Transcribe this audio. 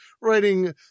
writing